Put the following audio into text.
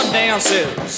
dances